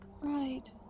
Right